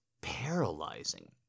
paralyzing